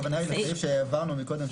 הכוונה היא לסעיף שהעברנו מקודם,